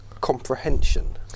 comprehension